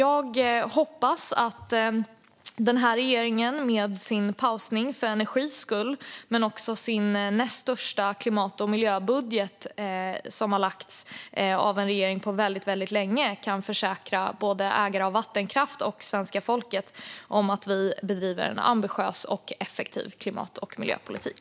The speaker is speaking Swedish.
Jag hoppas att regeringen med sin paus för energins skull och den näst största klimat och miljöbudget som har lagts fram av en regering på länge kan försäkra både ägare av vattenkraft och svenska folket om att vi bedriver en ambitiös och effektiv klimat och miljöpolitik.